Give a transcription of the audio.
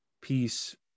peace